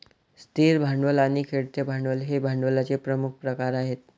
स्थिर भांडवल आणि खेळते भांडवल हे भांडवलाचे प्रमुख प्रकार आहेत